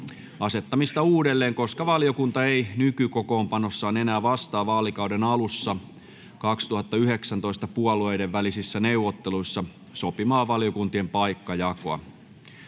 asettamista uudelleen, koska valiokunta ei nykykokoonpanossaan enää vastaa vaalikauden alussa 2019 puolueiden välisissä neuvotteluissa sovittua valiokuntien paikkajakoa.